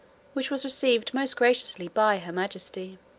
which was received most graciously by her majesty